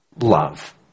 love